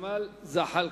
ג'מאל זחאלקה.